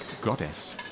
goddess